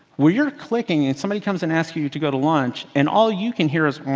where you're clicking and somebody comes and asks you you to go to lunch and all you can hear is,